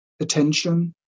attention